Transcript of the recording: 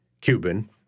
Cuban